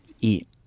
eat